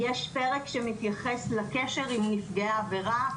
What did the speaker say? יש פרק שמתייחס לקשר עם נפגעי העבירה,